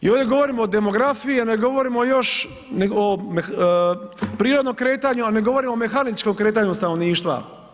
I ovdje govorimo o demografiji, a ne govorimo još o prirodnom kretanju, a ne govorimo o mehaničkom kretanju stanovništva.